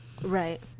Right